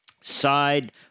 side